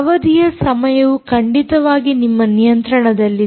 ಅವಧಿಯ ಸಮಯವು ಖಂಡಿತವಾಗಿ ನಿಮ್ಮ ನಿಯಂತ್ರಣದಲ್ಲಿದೆ